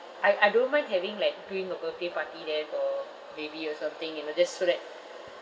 I I don't mind having like doing a birthday party there for maybe or something you know just so that